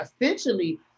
essentially